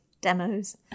demos